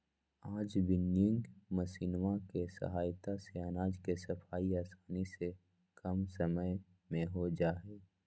आज विन्नोइंग मशीनवा के सहायता से अनाज के सफाई आसानी से कम समय में हो जाहई